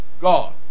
God